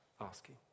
asking